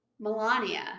Melania